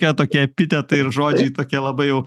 tie tokie epitetai ir žodžiai tokie labai jau